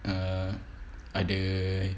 err ada